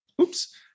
Oops